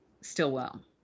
Stillwell